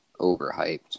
overhyped